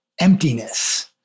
emptiness